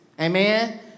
amen